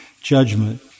judgment